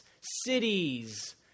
cities